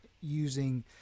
using